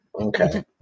Okay